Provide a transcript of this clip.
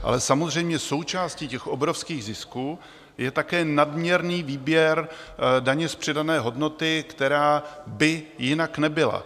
Ale samozřejmě součástí těch obrovských zisků je také nadměrný výběr daně z přidané hodnoty, která by jinak nebyla.